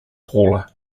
paula